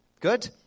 Good